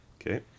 Okay